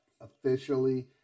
officially